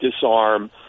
disarm